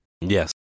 Yes